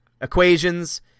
equations